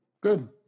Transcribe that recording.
Good